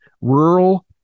rural